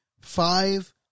five